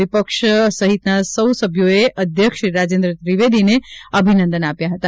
વિપક્ષ સહિતના સૌ સભ્યોને અધ્યક્ષ શ્રી રાજેન્દ્ર ત્રિવેદીએ અભિનંદન આપ્યા હતા